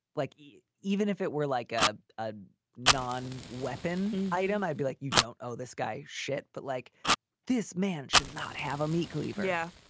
like even if it were like ah a non weapon item, i'd be like, you don't owe this guy shit. but like this man should not have a meat cleaver. yeah.